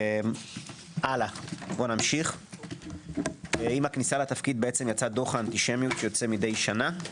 עם הכניסה לתפקיד יצא דוח האנטישמיות שיוצא מדי שנה.